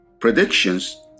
Predictions